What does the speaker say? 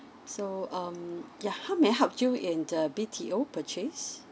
so um yeah how may I help you in the B_T_O purchase